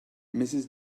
mrs